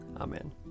Amen